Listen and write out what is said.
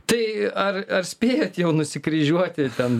tai ar ar spėjot jau nusikryžiuoti ten